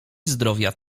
zdrowia